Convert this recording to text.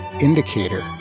indicator